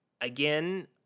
again